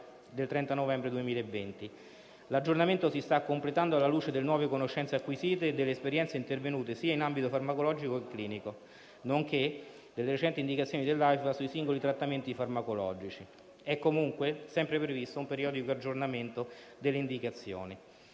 del 30 novembre 2020. L'aggiornamento si sta completando alla luce delle nuove conoscenze acquisite e delle esperienze intervenute in ambito farmacologico e clinico, nonché delle recenti indicazioni dell'AIFA sui singoli trattamenti farmacologici. È comunque sempre previsto un periodico aggiornamento delle indicazioni.